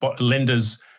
lenders